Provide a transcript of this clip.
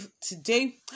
today